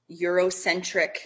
Eurocentric